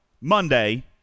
Monday